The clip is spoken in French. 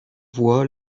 voix